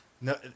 no